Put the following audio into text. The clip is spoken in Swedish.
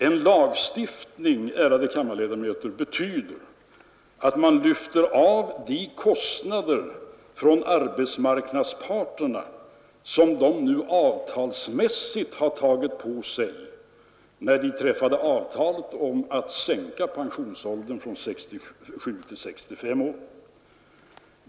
En lagstiftning, ärade kammarledamöter, betyder att man lyfter av de kostnader från arbetsmarknadsparterna som de har tagit på sig, när de träffat avtal om att sänka pensionsåldern från 67 till 65 år.